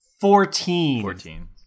Fourteen